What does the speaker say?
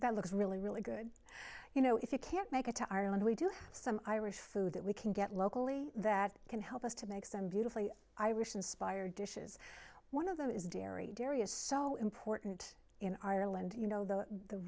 that looks really really good you know if you can't make it to ireland we do have some irish food that we can get locally that can help us to make some beautifully irish inspired dishes one of them is dairy dairy is so important in ireland you know the the